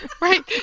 right